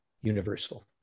universal